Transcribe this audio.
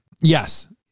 Yes